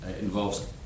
involves